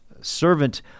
servant